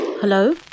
Hello